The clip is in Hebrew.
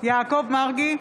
יעקב מרגי,